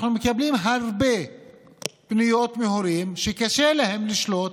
אנחנו מקבלים הרבה פניות מהורים שקשה להם לשלוט